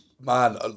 Man